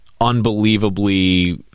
unbelievably